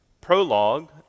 prologue